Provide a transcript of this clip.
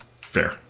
Fair